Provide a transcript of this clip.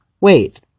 Wait